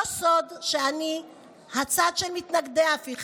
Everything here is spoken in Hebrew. לא סוד שאני בצד של מתנגדי ההפיכה.